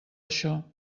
això